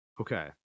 Okay